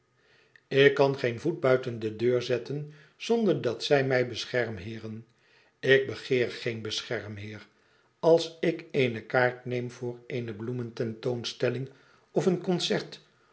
ik kan geen voet buiten de deur zetten zonder dat zij mij beschermheeren ik begeer geen gebeschermheer als ik eene kaart neem voor eene bloemententoonstelling of een concert